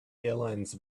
airlines